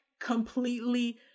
completely